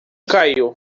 caiu